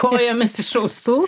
kojomis iš ausų